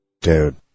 Dude